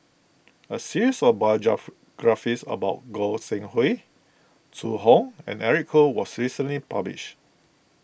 a series of biographies about Goi Seng Hui Zhu Hong and Eric Khoo was recently published